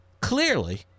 Clearly